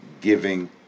giving